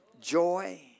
joy